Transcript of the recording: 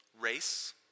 Race